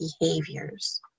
behaviors